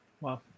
Wow